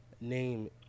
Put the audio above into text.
name